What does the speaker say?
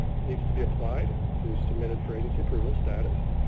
needs to be applied to submitted for agency approval status.